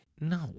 No